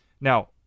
Now